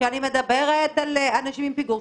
כשאני מדברת על אנשים עם פיגור,